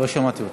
לא שמעתי אותו.